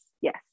Yes